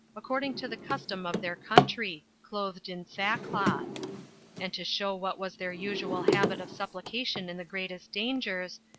according to the custom of their country, clothed in sackcloth and to show what was their usual habit of supplication in the greatest dangers,